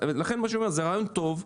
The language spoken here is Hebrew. מה שאני אומר: זה רעיון טוב,